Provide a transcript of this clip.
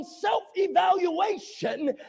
self-evaluation